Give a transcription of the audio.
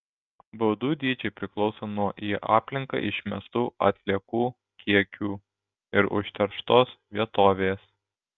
baudų dydžiai priklauso nuo į aplinką išmestų atliekų kiekių ir užterštos vietovės